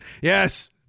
Yes